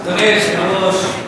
אדוני היושב-ראש,